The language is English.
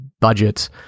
budgets